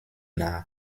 nach